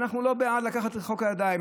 אנחנו לא בעד לקחת את החוק לידיים,